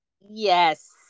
yes